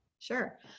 sure